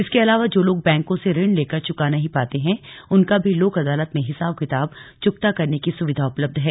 इसके अलावा जो लोग बैंकों से ऋण लेकर चुका नहीं पाते हैं उनका भी लोक अदालत में हिसाब किताब चुकता करने की सुविधा उपलब्ध है